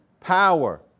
power